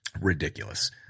ridiculous